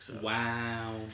Wow